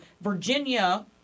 Virginia-